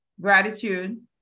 gratitude